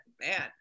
man